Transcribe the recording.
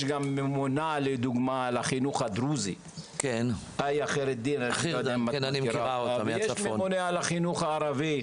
יש ממונה על החינוך הדרוזי בצפון ויש ממונה על החינוך הערבי.